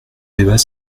débat